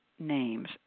names